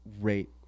rate